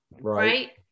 right